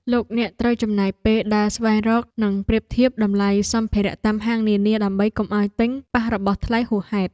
លោកអ្នកត្រូវចំណាយពេលដើរស្វែងរកនិងប្រៀបធៀបតម្លៃសម្ភារៈតាមហាងនានាដើម្បីកុំឱ្យទិញប៉ះរបស់ថ្លៃហួសហេតុ។